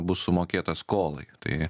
bus sumokėta skolai tai